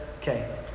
Okay